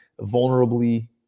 vulnerably